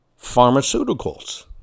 pharmaceuticals